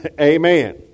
Amen